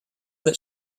that